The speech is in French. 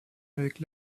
avec